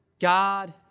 God